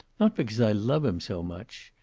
not because i love him so much.